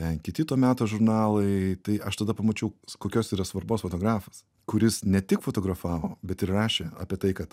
ten kiti to meto žurnalai tai aš tada pamačiau kokios yra svarbos fotografas kuris ne tik fotografavo bet ir rašė apie tai kad